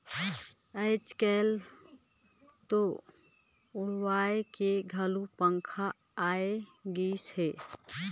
आयज कायल तो उड़वाए के घलो पंखा आये गइस हे